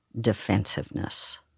defensiveness